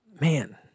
man